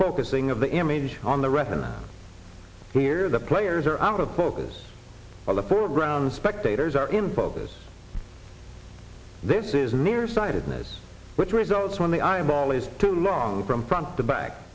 proposing of the image on the retina here the players are out of focus or the foreground spectators are in focus this is near sightedness which results when the eyeball is too long from front to back